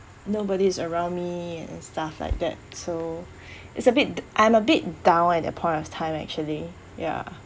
nobody is around me and stuff like that so it's a bit I am a bit down at that point of time actually ya